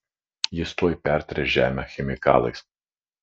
jis tuoj pertręš žemę chemikalais